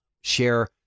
share